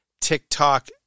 TikTok